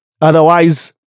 Otherwise